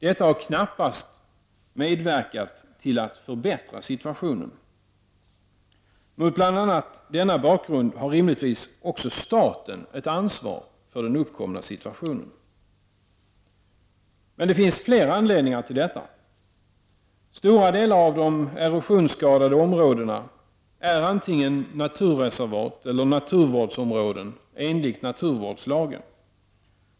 Detta har knappast medverkat till att förbättra situationen. Mot bl.a. denna bakgrund har rimligtvis också staten ett ansvar för den uppkomna situationen. Men det finns flera anledningar till detta. Stora delar av de erosionsskadade områdena är antingen naturreservat eller naturvårdsområden, enligt naturvårdslagen.